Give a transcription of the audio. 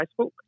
Facebook